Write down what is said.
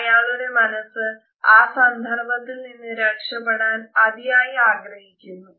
അയാളുടെ മനസ് ആ സന്ദർഭത്തിൽ നിന്ന് രക്ഷപെടാൻ അതിയായി ആഗ്രഹിക്കുന്നു